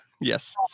Yes